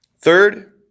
Third